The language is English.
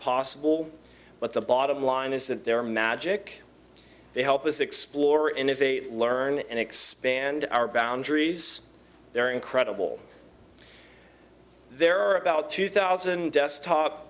possible but the bottom line is that their magic they help us explore innovate learn and expand our boundaries they're incredible there are about two thousand desktop